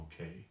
okay